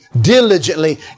diligently